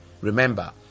Remember